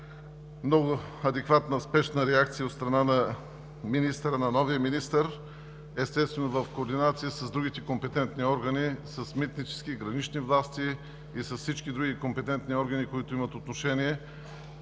много адекватна спешна реакция от страна на новия министър, естествено, в координация с другите компетентни органи, с митнически, гранични власти и с всички други компетентни органи, които имат отношение